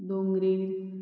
डोंगरेर